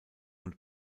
und